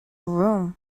room